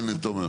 כן, תומר?